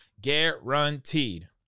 guaranteed